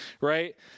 Right